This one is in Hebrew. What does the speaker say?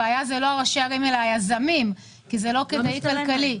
הבעיה זה לא ראשי הערים אלא היזמים כי זה לא כדאי כלכלית.